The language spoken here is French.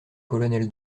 colonel